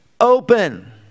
open